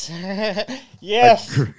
Yes